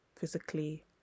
physically